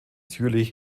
jülich